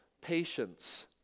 patience